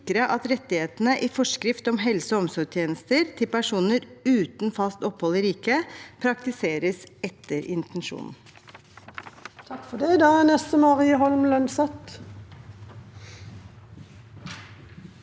at rettighetene i forskrift om helse- og omsorgstjenester til personer uten fast opphold i riket, praktiseres etter intensjonen.